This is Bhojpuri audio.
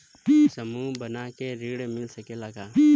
समूह बना के ऋण मिल सकेला का?